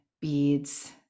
beads